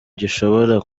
gishobora